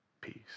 peace